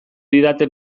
didate